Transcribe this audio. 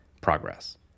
progress